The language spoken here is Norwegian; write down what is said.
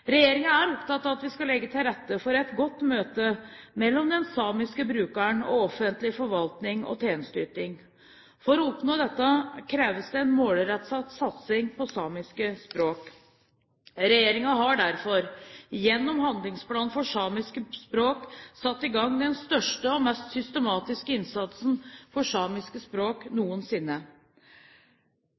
er opptatt av at vi skal legge til rette for et godt møte mellom den samiske brukeren og offentlig forvaltning og tjenesteyting. For å oppnå dette kreves det en målrettet satsing på samiske språk. Regjeringen har derfor gjennom Handlingsplan for samiske språk satt i gang den største og mest systematiske innsatsen for samiske språk noensinne.